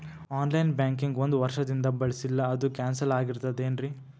On line banking ಒಂದ್ ವರ್ಷದಿಂದ ಬಳಸಿಲ್ಲ ಅದು ಕ್ಯಾನ್ಸಲ್ ಆಗಿರ್ತದೇನ್ರಿ?